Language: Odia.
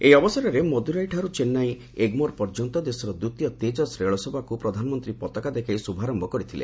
ଏହି ଅବସରରେ ମଦୁରାଇଠାରୁ ଚେନ୍ନାଇ ଏଗ୍ମୋର୍ ପର୍ଯ୍ୟନ୍ତ ଦେଶର ଦ୍ୱିତୀୟ ତେଜସ୍ ରେଳସେବାକୁ ପ୍ରଧାନମନ୍ତ୍ରୀ ପତାକା ଦେଖାଇ ଶୁଭାରମ୍ଭ କରିଥିଲେ